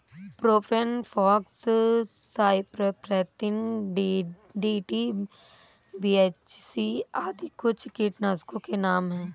propane fox, cypermethrin, DDT, BHC आदि कुछ कीटनाशकों के नाम हैं